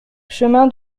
chemin